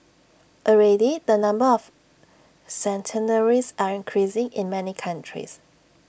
already the number of centenarians are increasing in many countries